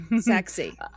Sexy